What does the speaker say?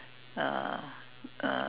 uh uh